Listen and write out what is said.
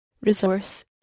Resource